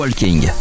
Walking